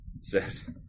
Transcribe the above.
says